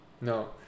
No